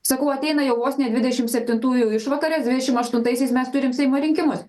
sakau ateina jau vos ne dvidešim septintųjų išvakarės dvidešim aštuntaisiais mes turim seimo rinkimus